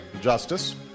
justice